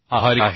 आभारी आहे